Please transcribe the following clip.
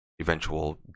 eventual